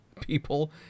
people